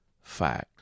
fact